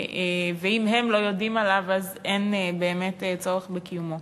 ואם הם לא יודעים עליו אז אין באמת צורך בקיומו.